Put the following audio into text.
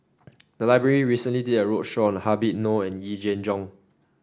the library recently did a roadshow on Habib Noh and Yee Jenn Jong